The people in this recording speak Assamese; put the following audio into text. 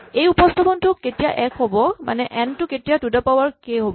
এই উপস্হাপনটো কেতিয়া এক হ'ব মানে এন টো কেতিয়া two to the power K হ'ব